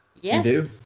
Yes